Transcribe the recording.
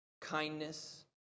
kindness